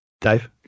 Dave